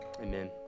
Amen